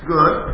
Good